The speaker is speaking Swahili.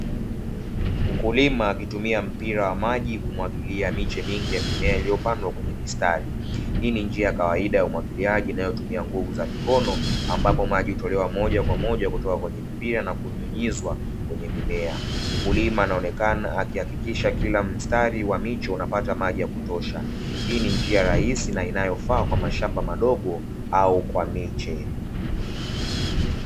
Mkulima akitumia mpira wa maji kumwagilia miche mingi ya mimea iliyopandwa kwenye mistari. Hii ni njia ya kawaida ya umwagiliaji inayotumia nguvu za mikono, ambapo maji hutolewa moja kwa moja kutoka kwenye mpira na kunyunyizwa kwenye mimea. Mkulima anaonekana akihakikisha kila mstari wa miche unapata maji ya kutosha. Hii ni njia rahisi na inayofaa kwa mashamba madogo au kwa miche.